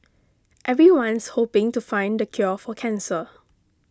everyone's hoping to find the cure for cancer